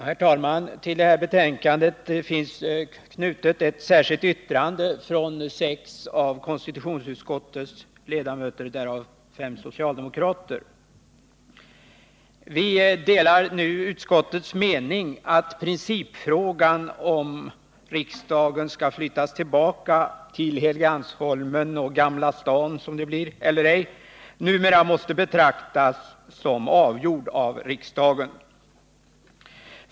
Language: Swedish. Herr talman! Till detta betänkande finns fogat ett särskilt yttrande från sex av konstitutionsutskottets ledamöter, varav fem socialdemokrater. Vi som gått samman i det särskilda yttrandet delar i princip utskottets mening att principfrågan om huruvida riksdagen skall flyttas tillbaka till Helgeandsholmen och Gamla stan eller ej numera måste betraktas som avgjord av riksdagen.